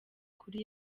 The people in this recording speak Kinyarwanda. kuri